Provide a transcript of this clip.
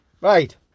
Right